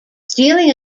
stealing